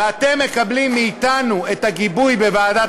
ואתם מקבלים מאתנו את הגיבוי בוועדת